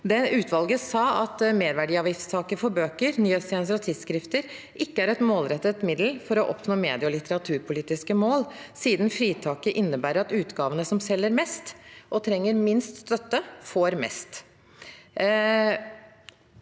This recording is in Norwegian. Utvalget sa at «merverdiavgiftsfritaket for bøker, nyhetstjenester og tidsskrift ikke er et målrettet virkemiddel for å oppnå medie- og litteraturpolitiske mål» siden «fritaket innebærer at utgavene som selger mest og trenger minst støtte, får mest».